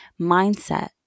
mindset